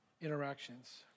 interactions